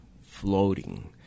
floating